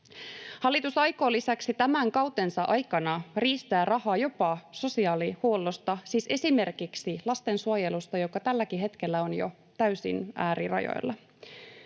Hallitus aikoo lisäksi tämän kautensa aikana riistää rahaa jopa sosiaalihuollosta, siis esimerkiksi lastensuojelusta, joka tälläkin hetkellä on jo täysin äärirajoilla.